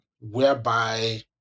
whereby